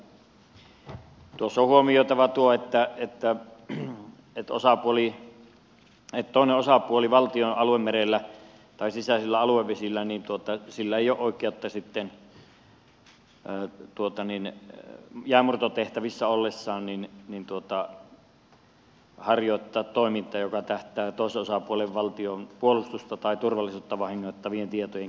tuossa on huomioitava tuo että toisella osapuolella valtion aluemerellä tai sisäisillä aluevesillä ei ole oikeutta sitten jäänmurtotehtävissä ollessaan harjoittaa toimintaa joka tähtää toisen osapuolen valtion puolustusta tai turvallisuutta vahingoittavien tietojen keräämiseen